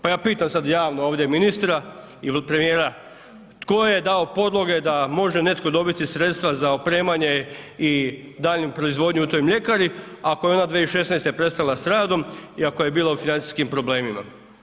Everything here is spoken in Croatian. Pa ja pitam sada javno ovdje ministra ili premijera, tko je dao podloge da može netko dobiti sredstva za opremanje i daljnju proizvodnju u toj mljekari ako je ona 2016. prestala sa radom i ako je bila u financijskim problemima?